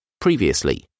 Previously